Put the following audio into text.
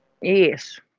Yes